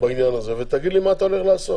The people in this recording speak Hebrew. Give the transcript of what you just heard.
בעניין הזה ותגיד לי מה אתה הולך לעשות.